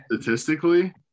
statistically